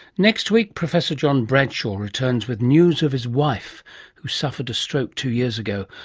next week professor john bradshaw returns with news of his wife who suffered a stroke two years ago.